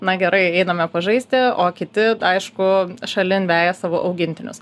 na gerai einame pažaisti o kiti aišku šalin veja savo augintinius